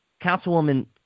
Councilwoman